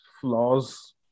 flaws